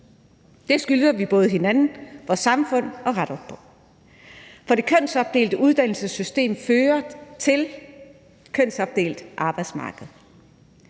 Det skylder vi både hinanden og vores samfund at rette op på, for det kønsopdelte uddannelsessystem fører til et kønsopdelt arbejdsmarked.